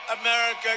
America